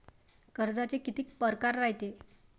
कर्जाचे कितीक परकार रायते?